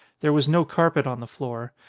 there was no carpet on the floor.